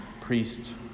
priest